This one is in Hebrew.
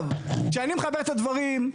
כשאני מחבר את הדברים,